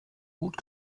gut